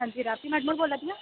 हां जी राखी मैडम होर बोल्लै दियां